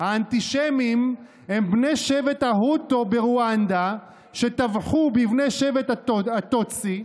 "האנטישמים הם בני שבט ההוטו ברואנדה שטבחו בבני שבט הטוטסי.